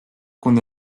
con